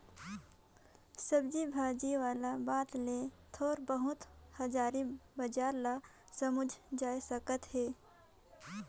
सब्जी भाजी वाला बात ले थोर बहुत हाजरी बजार ल समुझल जाए सकत अहे